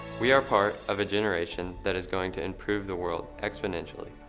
we are part of a generation that is going to improve the world exponentially.